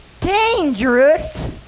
dangerous